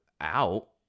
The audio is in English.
out